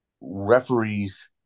referees